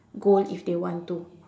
goal if they want to